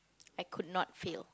I could not fail